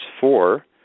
four